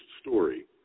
story